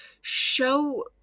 show